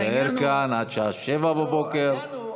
אנחנו נישאר כאן עד השעה 07:00. העניין הוא,